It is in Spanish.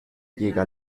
llega